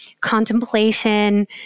contemplation